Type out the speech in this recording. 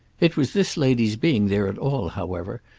it was this lady's being there at all, however,